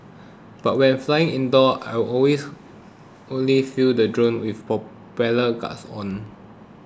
but when flying indoor I always only flew the drone with propeller guards on